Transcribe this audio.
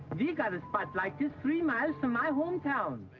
we got a spot like this three miles from my hometown.